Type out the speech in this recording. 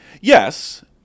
Yes